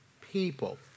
people